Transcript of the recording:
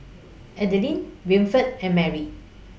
Adelyn Winifred and Marry